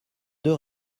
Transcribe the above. deux